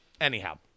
anyhow